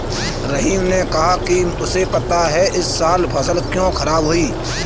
रहीम ने कहा कि उसे पता है इस साल फसल क्यों खराब हुई